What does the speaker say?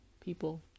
people